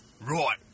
Right